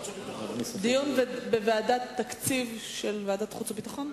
דיון בוועדת התקציב של ועדת החוץ והביטחון?